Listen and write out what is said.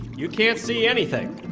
you can't see anything.